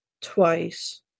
twice